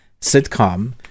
sitcom